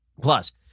Plus